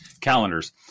calendars